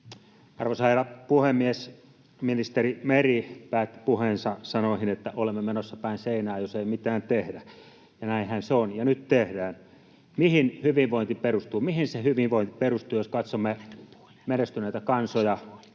Arvoisa rouva puhemies! Ministeri Meri päätti puheensa sanoihin, että olemme menossa päin seinää, jos ei mitään tehdä, ja näinhän se on, ja nyt tehdään. Mihin hyvinvointi perustuu, mihin se hyvinvointi perustuu, jos katsomme menestyneitä kansoja